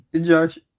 Josh